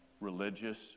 religious